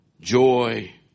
joy